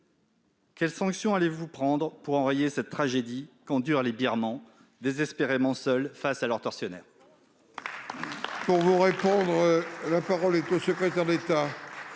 Quelles sanctions allez-vous prendre pour enrayer la tragédie endurée par les Birmans, désespérément seuls face à leurs tortionnaires ?